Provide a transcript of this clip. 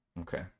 Okay